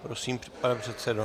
Prosím, pane předsedo.